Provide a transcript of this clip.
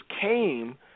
came